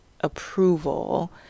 approval